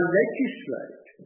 legislate